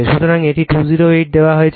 সুতরাং এটি 208 দেওয়া হয়েছে